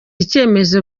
icyemezo